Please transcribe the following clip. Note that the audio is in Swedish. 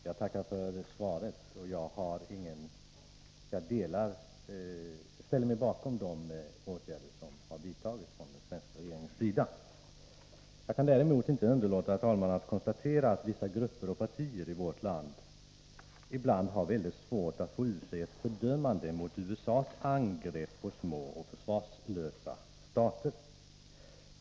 Herr talman! Jag tackar för svaret. Jag ställer mig bakom de åtgärder som vidtagits från den svenska regeringens sida. Jag kan däremot, herr talman, inte underlåta att konstatera att vissa grupper och partier i vårt land ibland har väldigt svårt att få ur sig ett fördömande mot USA:s angrepp på små och försvarslösa stater.